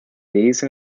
these